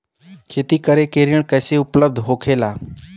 खेती करे के ऋण कैसे उपलब्ध होखेला?